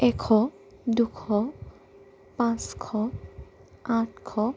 এশ দুশ পাঁচশ আঠশ